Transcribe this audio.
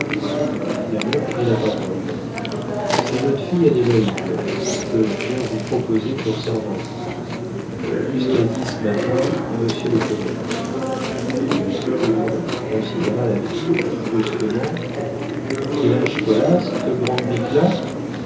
la mère prit la parole c'est not fille adélaïde que j'viens vous proposer pour servante vu c'qu'a dit çu matin monsieur le curé maître omont considéra la fille puis brusquement quel âge qu'elle a c'te grande